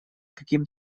каким